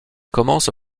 commence